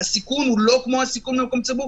הסיכון הוא לא כמו הסיכון במקום סגור,